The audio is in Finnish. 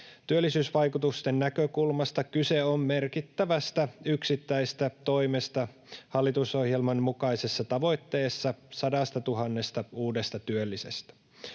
työllisyysvaikutusten näkökulmasta kyse on merkittävästä yksittäisestä toimesta hallitusohjelman mukaisessa tavoitteessa 100 000 uudesta työllisestä.